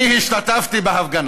אני השתתפתי בהפגנה.